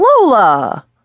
Lola